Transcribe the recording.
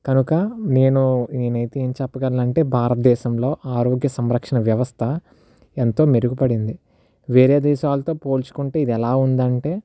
కనుక నేను నేనైతే ఎం చెప్పగలనంటే భారతదేశంలో ఆరోగ్య సంరక్ష వ్యవస్థ ఎంతో మెరుగుపడింది వేరే దేశాలతో పోల్చుకుంటే ఇది ఎలా ఉందంటే